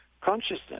consciousness